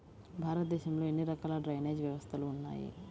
భారతదేశంలో ఎన్ని రకాల డ్రైనేజ్ వ్యవస్థలు ఉన్నాయి?